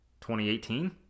2018